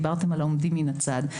דיברתם על העומדים מן הצד,